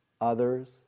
others